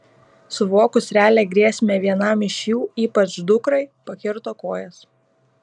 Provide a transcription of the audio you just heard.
suvokus realią grėsmę vienam iš jų ypač dukrai pakirto kojas